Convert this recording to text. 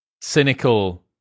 cynical